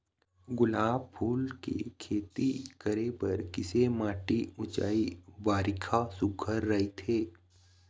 गुलाब फूल के खेती करे बर किसे माटी ऊंचाई बारिखा सुघ्घर राइथे?